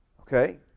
okay